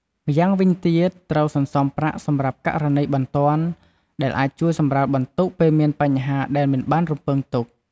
ម្យ៉ាងវិញទៀត ត្រូវសន្សំប្រាក់សម្រាប់ករណីបន្ទាន់ ដែលអាចជួយសម្រាលបន្ទុកពេលមានបញ្ហាដែលមិនបានរំពឹងទុក។